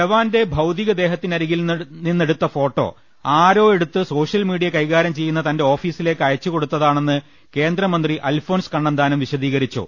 ജവാന്റെ ഭൌതികദേഹത്തിനരികിൽ നിന്നെടുത്ത ഫോട്ടോ ആരോ എടുത്ത് സോഷ്യൽ മീഡിയ കൈകാര്യ ചെയ്യുന്ന തന്റെ ഓഫീസിലേക്ക് അയച്ചു കൊടുത്താണെന്ന് കേന്ദ്രമന്ത്രി അൽഫോൺസ് കണ്ണന്താനം വിശദീകരിച്ചു